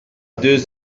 deux